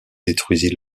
détruisit